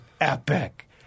epic